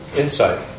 insight